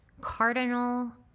cardinal